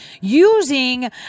using